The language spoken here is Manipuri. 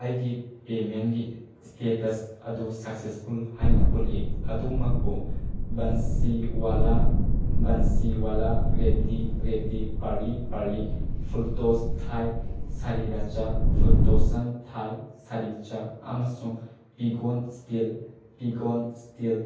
ꯑꯩꯒꯤ ꯄꯦꯃꯦꯟꯒꯤ ꯏꯁꯇꯦꯇꯁ ꯑꯗꯨ ꯁꯛꯁꯦꯁꯐꯨꯜ ꯍꯥꯏꯅ ꯎꯠꯂꯤ ꯑꯗꯨꯃꯛꯄꯨ ꯕꯟꯁꯤꯋꯥꯂꯥ ꯕꯟꯁꯤꯋꯥꯂꯥ ꯔꯦꯞꯗꯤ ꯔꯦꯞꯗꯤ ꯄꯥꯔꯂꯤ ꯄꯥꯔꯂꯤ ꯐꯨꯜꯇꯣꯖ ꯊꯥꯏ ꯁꯔꯦꯔꯥꯆꯥ ꯐꯨꯜꯇꯣꯁꯟ ꯊꯥꯏ ꯁꯥꯔꯤꯆꯥ ꯑꯃꯁꯨꯡ ꯄꯤꯒꯣꯟ ꯏꯁꯇꯤꯜ ꯄꯤꯒꯣꯟ ꯏꯁꯇꯤꯜ